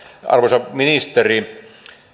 arvoisa ministeri